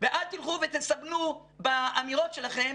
ואל תלכו ותסבנו באמירות שלכם,